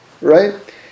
Right